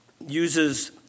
uses